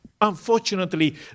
unfortunately